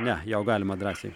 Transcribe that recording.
ne jau galima drąsiai